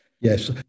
Yes